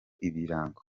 ibirango